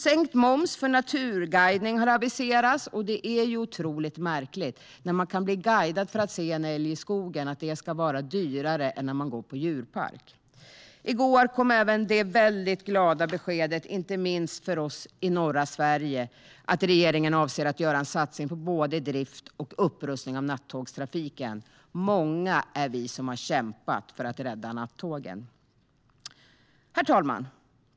Sänkt moms för naturguidning har aviserats. Det är ju otroligt märkligt att det ska vara dyrare att bli guidad för att se en älg i skogen än att gå på djurpark. I går kom även det - inte minst för oss i norra Sverige - väldigt glada beskedet att regeringen avser att göra en satsning på både drift och upprustning av nattågstrafiken. Många är vi som har kämpat för att rädda nattågen. Herr talman!